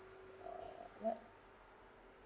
uh what